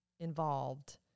involved